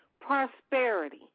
prosperity